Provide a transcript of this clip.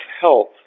health